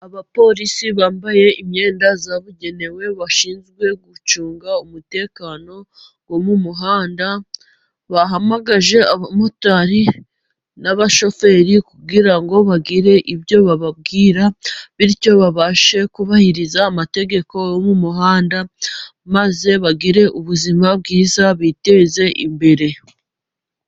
Abapolisi bambaye imyenda yabugenewe bashinzwe gucunga umutekano wo mu muhanda, bahamagaje abamotari n'abashoferi, kugira ngo bagire ibyo bababwira, bityo babashe kubahiriza amategeko mu muhanda, maze bagire ubuzima bwiza, biteze imbere.